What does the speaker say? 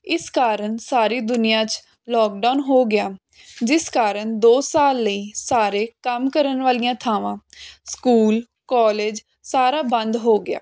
ਇਸ ਕਾਰਨ ਸਾਰੀ ਦੁਨੀਆ ਚ ਲੋਕਡਾਊਨ ਹੋ ਗਿਆ ਜਿਸ ਕਾਰਨ ਦੋ ਸਾਲ ਲਈ ਸਾਰੇ ਕੰਮ ਕਰਨ ਵਾਲੀਆਂ ਥਾਵਾਂ ਸਕੂਲ ਕਾਲਜ ਸਾਰਾ ਬੰਦ ਹੋ ਗਿਆ